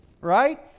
right